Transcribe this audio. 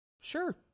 sure